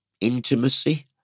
intimacy